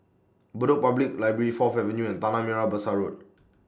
Bedok Public Library Fourth Avenue and Tanah Merah Besar Road